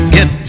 Get